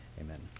Amen